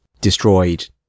destroyed